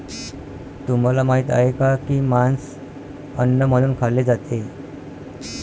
तुम्हाला माहित आहे का की मांस अन्न म्हणून खाल्ले जाते?